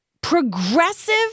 progressive